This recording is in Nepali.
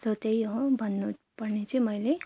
सो त्यही हो भन्नुपर्ने चै मैले